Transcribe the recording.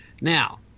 Now